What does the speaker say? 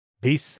Peace